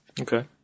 Okay